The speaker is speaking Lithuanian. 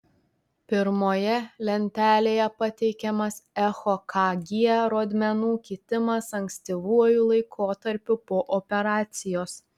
pirmoje lentelėje pateikiamas echokg rodmenų kitimas ankstyvuoju laikotarpiu po operacijos